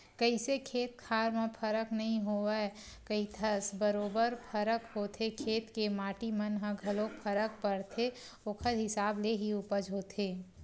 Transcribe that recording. कइसे खेत खार म फरक नइ होवय कहिथस बरोबर फरक होथे खेत के माटी मन म घलोक फरक परथे ओखर हिसाब ले ही उपज होथे